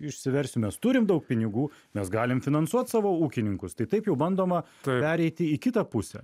išsiversim mes turim daug pinigų mes galim finansuot savo ūkininkus tai taip jau bandoma pereiti į kitą pusę